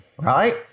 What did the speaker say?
right